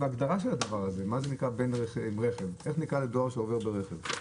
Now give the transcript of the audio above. איך נקרא לדואר שעובר ברכב?